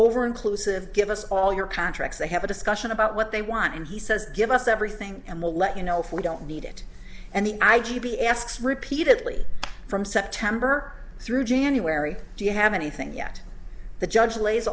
over inclusive give us all your contracts they have a discussion about what they want and he says give us everything and we'll let you know if we don't need it and the i g b asks repeatedly from september through january do you have anything yet the judge lays